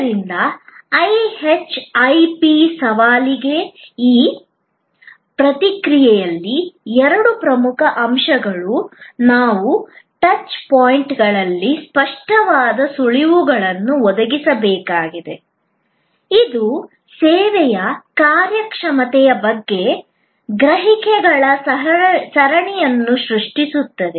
ಆದ್ದರಿಂದ ಐಹೆಚ್ಐಪಿ ಸವಾಲಿಗೆ ಈ ಪ್ರತಿಕ್ರಿಯೆಯಲ್ಲಿ ಎರಡು ಪ್ರಮುಖ ಅಂಶಗಳು ನಾವು ಟಚ್ ಪಾಯಿಂಟ್ಗಳಲ್ಲಿ ಸ್ಪಷ್ಟವಾದ ಸುಳಿವುಗಳನ್ನು ಒದಗಿಸಬೇಕಾಗಿದೆ ಇದು ಸೇವೆಯ ಕಾರ್ಯಕ್ಷಮತೆಯ ಬಗ್ಗೆ ಗ್ರಹಿಕೆಗಳ ಸರಣಿಯನ್ನು ಸೃಷ್ಟಿಸುತ್ತದೆ